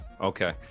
okay